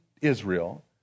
Israel